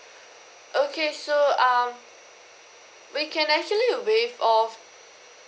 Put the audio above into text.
okay so um we can actually waive off